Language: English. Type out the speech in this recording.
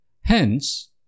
Hence